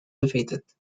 defeated